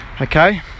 okay